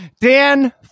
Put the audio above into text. Dan